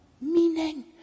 meaning